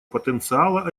потенциала